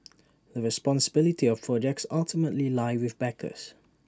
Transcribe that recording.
the responsibility of projects ultimately lie with backers